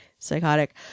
Psychotic